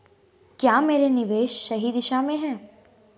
क्या मेरा निवेश सही दिशा में है?